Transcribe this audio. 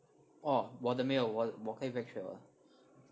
orh 我的没有我我可以 backtrack